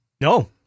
no